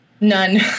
None